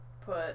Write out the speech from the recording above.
put